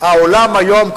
העולם היום,